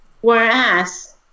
whereas